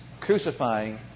crucifying